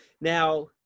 now